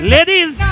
Ladies